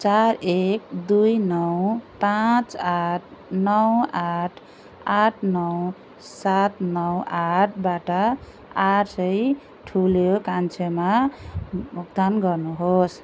चार एक दुई नौ पाँच आठ नौ आठ आठ नौ सात नौ आठबाट आठ सय ठुले कान्छोमा भुक्तान गर्नुहोस्